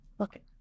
Okay